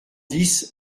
dix